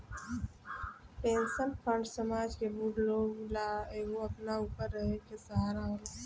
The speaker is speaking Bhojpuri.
पेंशन फंड समाज के बूढ़ लोग ला एगो अपना ऊपर रहे के सहारा होला